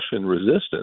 resistance